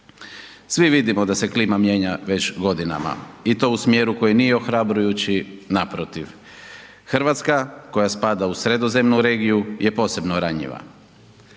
Svi vidimo da se klima mijenja već godinama i to u smjeru koji nije ohrabrujući. Naprotiv, Hrvatska koja spada u Sredozemnu regiju je posebno ranjiva.